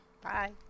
Bye